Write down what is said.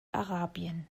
arabien